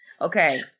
Okay